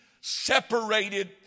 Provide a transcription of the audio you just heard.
separated